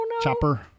chopper